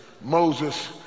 Moses